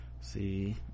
see